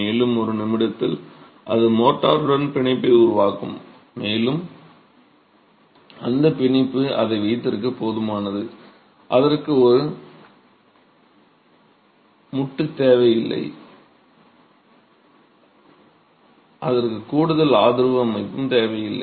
மேலும் ஒரு நிமிடத்தில் அது மோர்டருடன் பிணைப்பை உருவாக்கும் மேலும் அந்த பிணைப்பு அதை வைத்திருக்க போதுமானது அதற்கு ஒரு முட்டு தேவையில்லை அதற்கு கூடுதல் ஆதரவு அமைப்பு தேவையில்லை